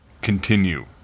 Continue